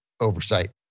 oversight